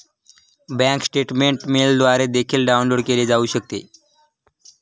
bank statement मेलद्वारे देखील download केले जाऊ शकते